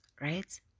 right